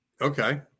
Okay